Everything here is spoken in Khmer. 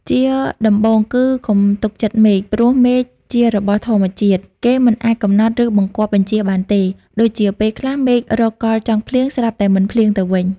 ជាដំបូងគឺកុំទុកចិត្តមេឃ ព្រោះមេឃជារបស់ធម្មជាតិ គេមិនអាចកំណត់ ឬបង្គាប់បញ្ជាបានទេ ដូចជា ពេលខ្លះមេឃរកកលចង់ភ្លៀង ស្រាប់តែមិនភ្លៀងទៅវិញ ។